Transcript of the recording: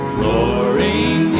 roaring